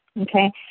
okay